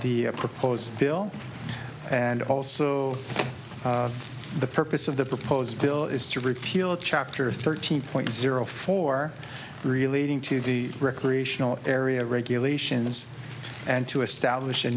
the proposed bill and also the purpose of the proposed bill is to repeal chapter thirteen point zero four relating to the recreational area regulations and to establish a